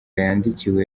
yandikiwe